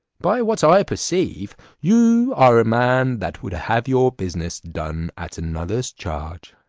by what i perceive, you are a man that would have your business done at another's charge.